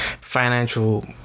financial